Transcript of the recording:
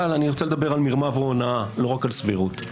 אני רוצה לדבר על מרמה והונאה, ולא רק על סבירות.